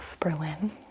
Berlin